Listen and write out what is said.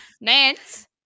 Nance